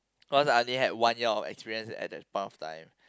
cause I only had one year of experience at that point of time